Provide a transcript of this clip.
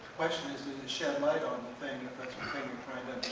question is does it shed light on the thing if that's the thing you're trying